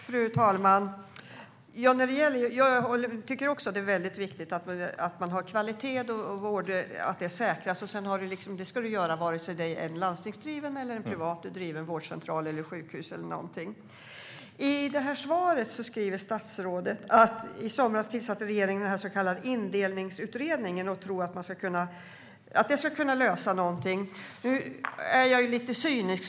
Fru talman! Jag tycker också att det är mycket viktigt att kvaliteten säkras. Det ska göras vare sig det är en landstingsdriven eller en privat driven vårdcentral eller sjukhus. I svaret skriver statsrådet att regeringen i somras tillsatte den så kallade indelningsutredningen och tror att den ska kunna lösa någonting. Jag är lite cynisk.